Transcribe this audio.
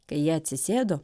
kai jie atsisėdo